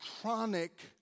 chronic